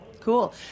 cool